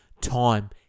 Time